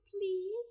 please